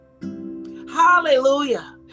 Hallelujah